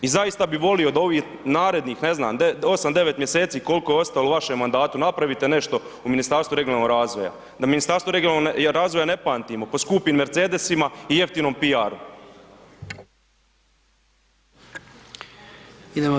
I zaista bi volio da ovih narednih, ne znam, 8, 9 mjeseci koliko je ostalo u vašem mandatu napravite nešto u Ministarstvu regionalnog razvoja, da Ministarstvo regionalnog razvoja ne pamtimo po skupim Mercedesima i jeftinom PR-u.